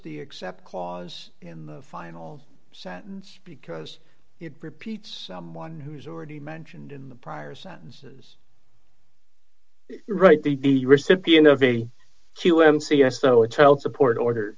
the except clause in the final sentence because it repeats someone who's already mentioned in the prior sentences right the recipient of a two m c s o a child support order